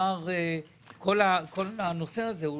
-- כל הנושא הזה הוא